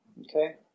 okay